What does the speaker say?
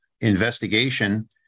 investigation